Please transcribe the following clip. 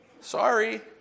sorry